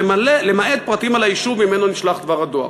למעט פרטים על היישוב שממנו נשלח דבר הדואר.